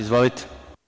Izvolite.